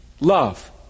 love